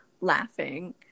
laughing